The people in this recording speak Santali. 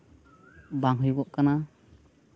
ᱵᱟᱝ ᱦᱩᱭᱩᱜᱚᱜ ᱠᱟᱱᱟ